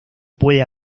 puede